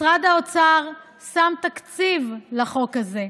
משרד האוצר שם תקציב לחוק הזה.